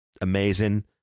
amazing